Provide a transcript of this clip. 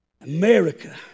America